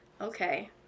okay